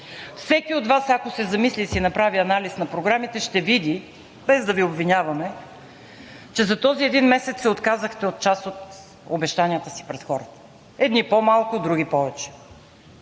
Всеки от Вас, ако се замисли и си направи анализ на програмите, ще види, без да Ви обвиняваме, че за този един месец се отказахте от част от обещанията си пред хората – едни по-малко, други повече.